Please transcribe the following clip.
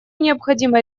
необходимо